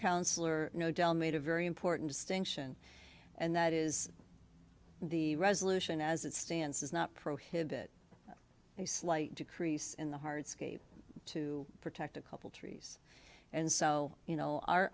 counselor no del made a very important distinction and that is the resolution as it stands does not prohibit a slight decrease in the hard skate to protect a couple trees and so you know